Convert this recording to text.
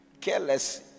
Careless